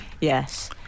Yes